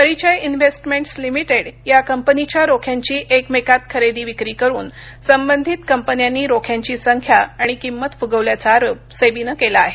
परिचय investments limited या कंपनीच्या रोख्यांची एकमेकांत खरेदी विक्री करून संबंधित कंपन्यांनी रोख्यांची संख्या आणि किंमत फुगवल्याचा आरोप सेबीनं केला आहे